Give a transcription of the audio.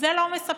זה לא מספק.